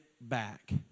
back